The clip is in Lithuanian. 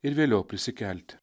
ir vėliau prisikelti